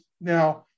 Now